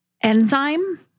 enzyme